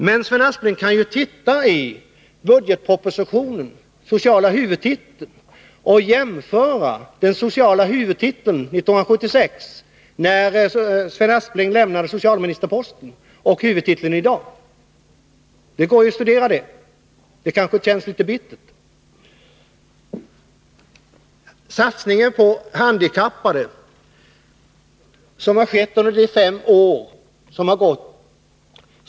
Men Sven Aspling kan ju titta i budgetpropositionen och jämföra socialhuvudtiteln 1976, när Sven Aspling lämnade socialministerposten, och socialhuvudtiteln i dag. Det kanske känns litet bittert. Eller se på den satsning på handikappade som har skett under de fem år som gått!